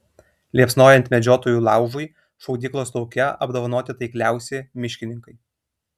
liepsnojant medžiotojų laužui šaudyklos lauke apdovanoti taikliausi miškininkai